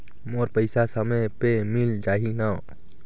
मोर पइसा समय पे मिल जाही न?